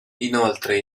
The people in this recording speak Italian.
inoltre